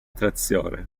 trazione